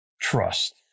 trust